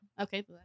Okay